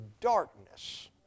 darkness